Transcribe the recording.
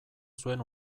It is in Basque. zuen